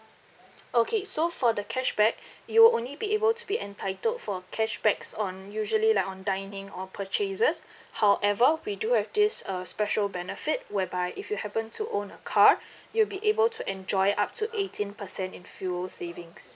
okay so for the cashback you'll only be able to be entitled for cashbacks on usually like on dining or purchases however we do have this uh special benefit whereby if you happen to own a car you'll be able to enjoy up to eighteen percent in fuel savings